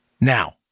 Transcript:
Now